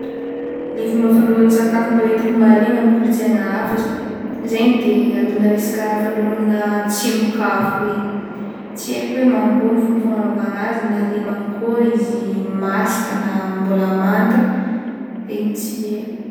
Ny fomba fandrahoan-tsakafo mbô hitako mahaliana amy kolontsaina hafa z- zegny de amina resaka fandrahoagna amina tsembok'afo regny, tsy haiko hoe man'kôry fomba fanagnaovagna azy na la man'kôry izy masaka na mbola manta, igny tsy de haiko.